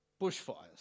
bushfires